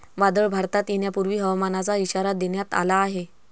वादळ भारतात येण्यापूर्वी हवामानाचा इशारा देण्यात आला आहे